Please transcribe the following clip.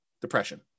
depression